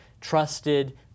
trusted